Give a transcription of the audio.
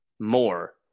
more